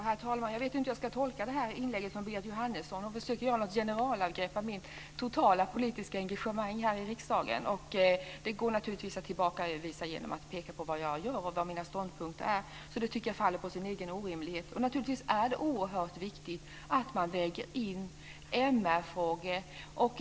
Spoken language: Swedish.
Herr talman! Jag vet inte hur jag ska tolka detta inlägg från Berit Jóhannesson. Hon försöker göra ett generalangrepp på mitt totala politiska engagemang här i riksdagen. Det går naturligtvis att tillbakavisa genom att peka på vad jag göra och vilka mina ståndpunkter är. Så detta tycker jag faller på sin egen orimlighet. Naturligtvis är det oerhört viktigt att man väger in MR-frågor.